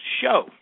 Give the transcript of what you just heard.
show